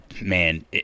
man